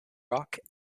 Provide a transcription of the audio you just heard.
rock